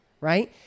Right